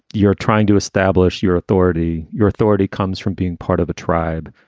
you're trying to establish your authority. your authority comes from being part of a tribe.